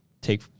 take